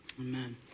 amen